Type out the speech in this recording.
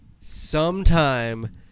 sometime